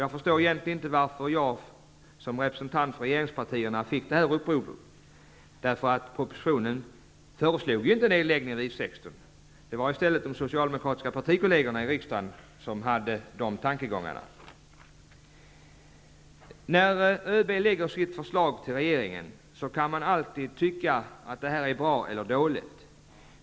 Jag förstår egentligen inte varför jag som representant för regeringspartierna fick detta upprop, eftersom det i propositionen inte föreslogs en nedläggning av I 16. Det var i stället de socialdemokratiska partikollegerna i riksdagen som hade de tankegångarna. När ÖB lägger fram sitt förslag till regeringen kan man alltid tycka om det är bra eller dåligt.